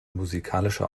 musikalische